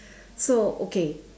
so okay